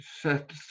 Set